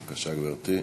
בבקשה, גברתי.